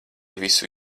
visu